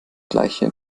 gleiche